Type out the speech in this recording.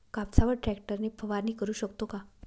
कापसावर ट्रॅक्टर ने फवारणी करु शकतो का?